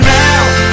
now